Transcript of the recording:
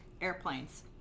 airplanes